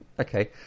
Okay